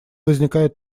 возникает